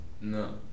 no